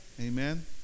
Amen